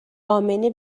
امنه